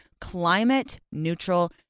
climate-neutral